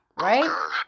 right